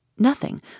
Nothing